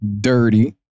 dirty